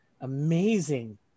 amazing